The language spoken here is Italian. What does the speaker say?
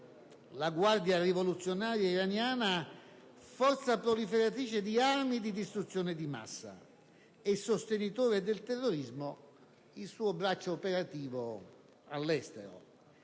la Guardia rivoluzionaria iraniana "forza proliferatrice di armi di distruzione di massa" e "sostenitore del terrorismo" il suo braccio operativo all'estero.